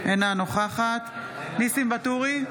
אינה נוכחת ניסים ואטורי,